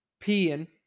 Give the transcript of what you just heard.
peeing